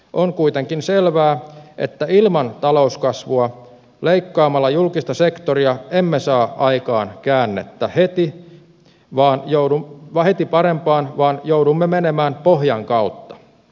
on kuitenkin selvää että leikkaamalla julkista sektoria ilman talouskasvua emme saa aikaan käännettä parempaan heti vaan joudumme menemään pohjan kautta